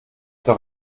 doch